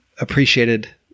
appreciated